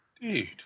Dude